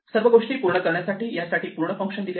सर्व गोष्टी पूर्ण करण्यासाठी या ठिकाणी पूर्ण फंक्शन दिले आहे